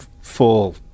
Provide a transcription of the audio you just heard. full